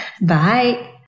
Bye